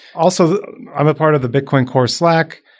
also, i'm a part of the bitcoin core slack.